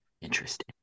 Interesting